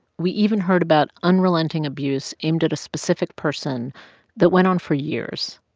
we even heard about unrelenting abuse aimed at a specific person that went on for years.